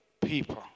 people